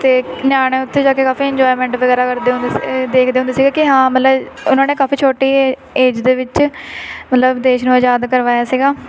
ਅਤੇ ਨਿਆਣੇ ਉੱਥੇ ਜਾ ਕੇ ਕਾਫੀ ਇੰਜੋਇਮੈਂਟ ਵਗੈਰਾ ਕਰਦੇ ਹੁੰਦੇ ਸੀਗੇ ਦੇਖਦੇ ਹੁੰਦੇ ਸੀਗੇ ਕਿ ਹਾਂ ਮਤਲਬ ਉਹਨਾਂ ਨੇ ਕਾਫੀ ਛੋਟੀ ਏ ਏਜ ਦੇ ਵਿੱਚ ਮਤਲਬ ਦੇਸ਼ ਨੂੰ ਆਜ਼ਾਦ ਕਰਵਾਇਆ ਸੀਗਾ